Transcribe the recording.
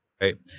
Right